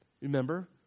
remember